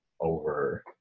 over